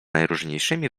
najróżniejszymi